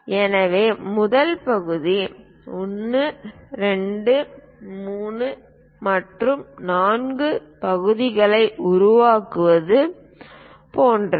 எனவே முதல் பகுதி 1 2 3 மற்றும் 4 பகுதிகளை உருவாக்குவது போன்றது